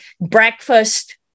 Breakfast